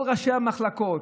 כל ראשי המחלקות,